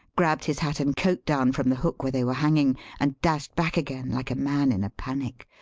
grabbed his hat and coat down from the hook where they were hanging, and dashed back again like a man in a panic.